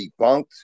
debunked